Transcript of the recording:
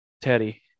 Teddy